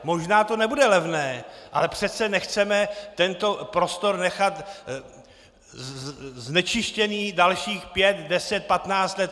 Možná to nebude levné, ale přece nechceme tento prostor nechat znečištěný dalších pět, deset, patnáct let.